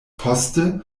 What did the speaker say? poste